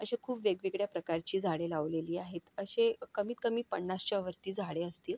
असे खूप वेगवेगळ्या प्रकारची झाडे लावलेली आहेत असे कमीतकमी पन्नासच्या वरती झाडे असतील